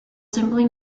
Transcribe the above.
simply